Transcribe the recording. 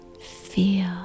Feel